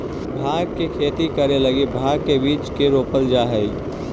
भाँग के खेती करे लगी भाँग के बीज के रोपल जा हई